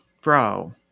bro